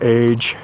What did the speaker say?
age